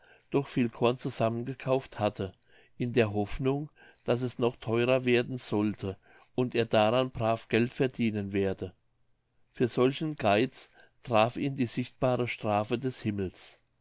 doch viel korn zusammengekauft hatte in der hoffnung daß es noch theurer werden sollte und er daran brav geld verdienen werde für solchen geiz traf ihn die sichtbare strafe des himmels